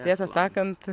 tiesą sakant